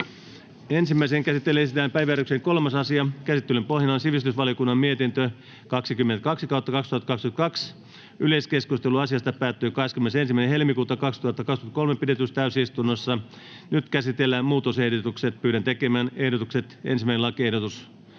Ensimmäiseen käsittelyyn esitellään päiväjärjestyksen 3. asia. Käsittelyn pohjana on sivistysvaliokunnan mietintö SiVM 22/2022 vp. Yleiskeskustelu asiasta päättyi 21.2.2023 pidetyssä täysistunnossa. Nyt käsitellään muutosehdotukset. [Speech 4] Speaker: Ensimmäinen varapuhemies